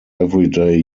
everyday